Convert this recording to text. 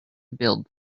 build